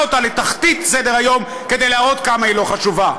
אותה לתחתית סדר-היום כדי להראות כמה היא לא חשובה.